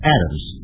Adams